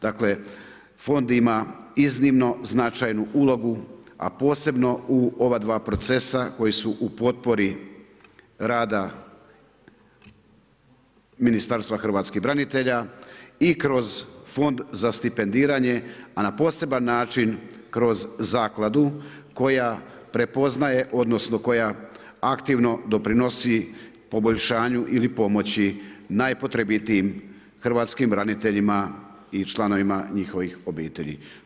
Dakle fond ima iznimno značajnu ulogu, a posebno u ova dva procesa koji su u potpori rada Ministarstva hrvatskih branitelja i kroz Fond za stipendiranje, a na poseban način kroz zakladu koja prepoznaje odnosno koja aktivno doprinosi poboljšanju ili pomoći najpotrebitijim hrvatskim braniteljima i članovima njihovih obitelji.